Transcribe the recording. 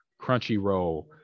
Crunchyroll